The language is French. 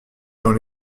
dans